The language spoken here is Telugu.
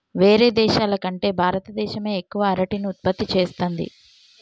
వేరే దేశాల కంటే భారత దేశమే ఎక్కువ అరటిని ఉత్పత్తి చేస్తంది